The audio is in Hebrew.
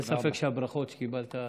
אין ספק שהברכות שקיבלת,